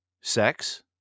sex